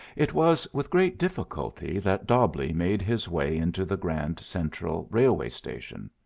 it was with great difficulty that dobbleigh made his way into the grand central railway station.